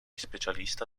specialista